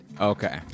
Okay